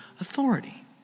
authority